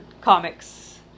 Comics